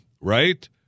right